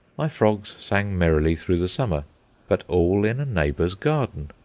my frogs sang merrily through the summer but all in a neighbour's garden.